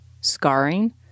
scarring